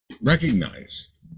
recognize